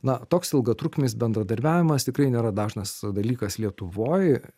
na toks ilgatrukmis bendradarbiavimas tikrai nėra dažnas dalykas lietuvoj